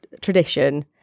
tradition